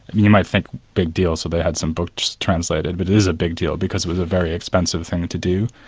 and you might think big deal, so they had some books translated', but it is a big deal because it was a very expensive thing to do.